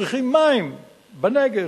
צריכים מים בנגב.